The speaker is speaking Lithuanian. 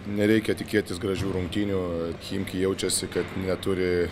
nereikia tikėtis gražių rungtynių chimki jaučiasi kad neturi